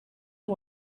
you